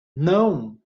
não